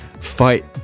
fight